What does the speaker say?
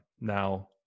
Now